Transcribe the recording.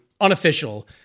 unofficial